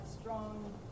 strong